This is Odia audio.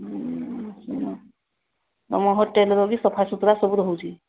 ହୁଁ ହୁଁ ତୁମ ହୋଟେଲ୍ର ବି ସଫାସୁତୁରା ସବୁ ରହୁଛି